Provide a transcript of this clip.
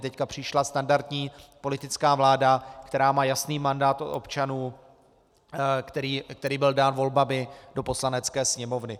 Teď přišla standardní politická vláda, která má jasný mandát od občanů, který byl dán volbami do Poslanecké sněmovny.